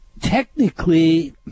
technically